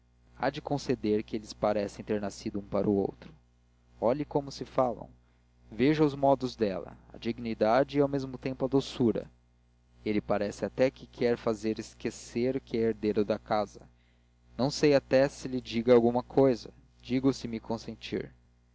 há de conceder que eles parecem ter nascido um para o outro olhe como se falam veja os modos dela a dignidade e ao mesmo tempo a doçura ele parece até que quer fazer esquecer que é o herdeiro da casa não sei até se lhe diga uma cousa digo se me consentir